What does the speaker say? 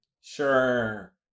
Sure